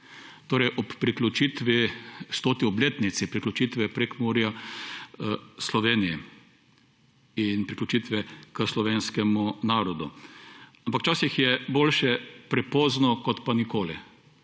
torej ob priključitvi 100. obletnici priključitve Prekmurja Sloveniji in priključitve k slovenskemu narodu. Ampak včasih je boljše prepozno kot pa nikoli.